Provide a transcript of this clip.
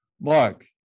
Mark